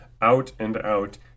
out-and-out